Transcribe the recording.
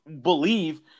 believe